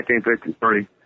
1953